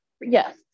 Yes